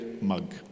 mug